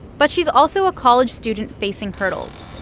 but she's also a college student facing hurdles.